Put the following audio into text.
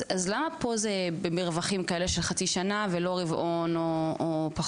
אז למה פה זה במרווחים כאלה של חצי שנה ולא רבעון או פחות?